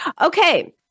Okay